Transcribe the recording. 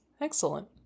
Excellent